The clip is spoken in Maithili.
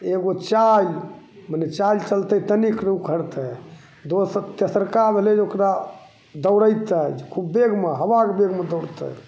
एगो चालि मने चालि चलतै तनिक नहि उखड़तै दोस तेसरका भेलै जे ओकरा दौड़ेतै खूब वेगमे हवाके वेगमे दौड़तै